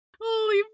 Holy